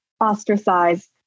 ostracized